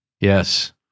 Yes